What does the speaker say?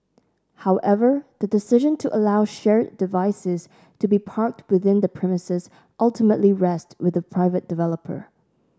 however the decision to allow shared devices to be parked within the premises ultimately rests with the private developer